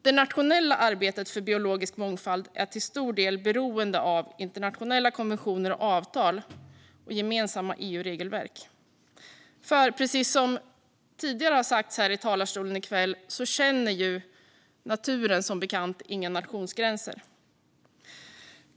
Det nationella arbetet för biologisk mångfald är till stor del beroende av internationella konventioner och avtal och gemensamma EU-regelverk. Precis som har sagts här i talarstolen tidigare i kväll känner naturen som bekant inga nationsgränser.